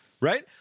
Right